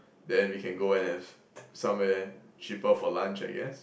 then we can go and have somewhere cheaper for lunch I guess